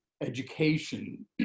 education